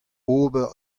ober